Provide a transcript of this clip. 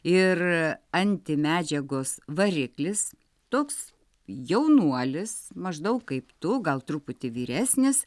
ir antimedžiagos variklis toks jaunuolis maždaug kaip tu gal truputį vyresnis